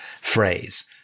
phrase